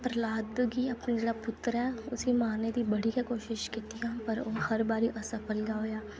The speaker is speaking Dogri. प्रलाप गी अपना जेह्ड़ा पुत्र ऐ उसी मारने दी बड़ी गै कोशिश कीतियां पर असफल गै होआ